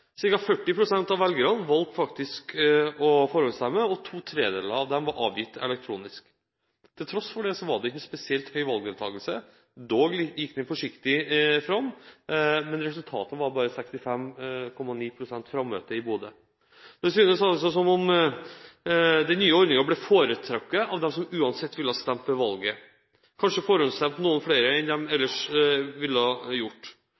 og to tredjedeler av dem var avgitt elektronisk. Til tross for det var det ikke spesielt høy valgdeltakelse. Dog gikk den forsiktig fram, men resultatet var bare 65,9 pst. frammøtte i Bodø. Det synes altså som om den nye ordningen ble foretrukket av dem som uansett ville stemt ved valget. Kanskje forhåndsstemte noen flere enn de ellers ville ha gjort.